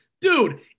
Dude